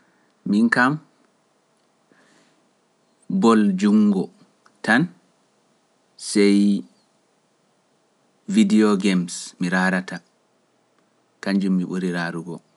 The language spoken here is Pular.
Miin kam boll juunngo tan, sey video games mi raarata, kannjum mi ɓuri raarugo.